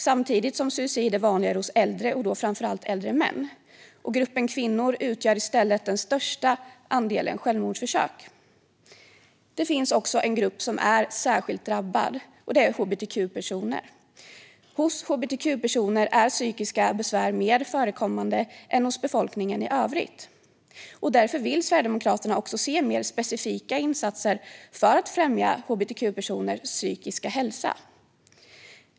Samtidigt är suicid vanligare hos äldre, framför allt äldre män, och gruppen kvinnor utgör i stället den största andelen självmordsförsök. Det finns också en grupp som är särskilt drabbad, och det är hbtq-personer. Hos hbtq-personer är psykiska besvär mer förekommande än hos befolkningen i övrigt, och därför vill Sverigedemokraterna också se mer specifika insatser för att främja hbtq-personers psykiska hälsa.